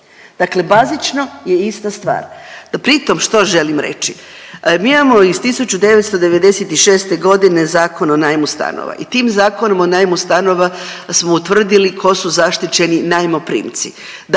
dakle bazično je ista stvar. No pri tom što želim reći, mi imamo iz 1996.g. Zakon o najmu stanova i tim Zakonom o najmu stanova smo utvrdili tko su zaštićeni najmoprimci,